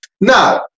Now